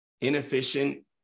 inefficient